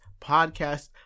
podcast